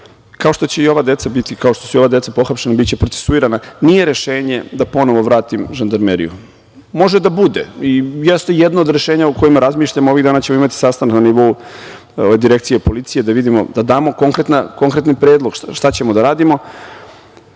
kao što će i ova deca koja su pohapšena biti procesuirana. Nije rešenje da ponovo vratim žandarmeriju. Može da bude i jeste jedno od rešenja o kojima razmišljamo, ovih dana ćemo imati sastanak na nivou direkcije policije, da damo konkretan predlog šta ćemo da radimo,